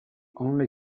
only